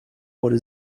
wurde